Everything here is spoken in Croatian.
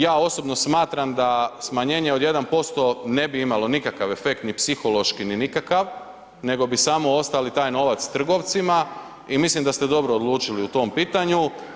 Ja osobno smatram da smanjenje od 1% ne bi imalo nikakav efekt ni psihološki ni nikakav, nego bi samo ostavili taj novac trgovcima i mislim da ste dobro odlučili u tom pitanju.